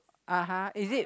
(uh huh) is it